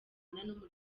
n’umuryango